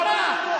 אז מה?